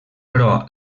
però